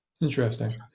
Interesting